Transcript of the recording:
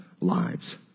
lives